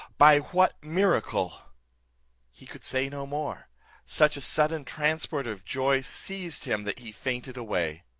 by what miracle he could say no more such a sudden transport of joy seized him that he fainted away.